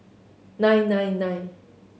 nine nine nine